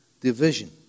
division